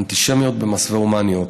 אנטישמיות במסווה הומניות.